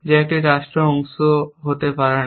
যা একটি রাষ্ট্রের অংশ হতে পারে না